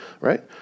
right